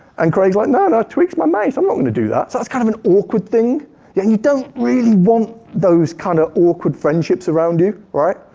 and craig's like no, no, tweek's my mate, i'm not gonna do that. so that's kind of an awkward thing. yeah and you don't really want those kind of awkward friendships around you, right?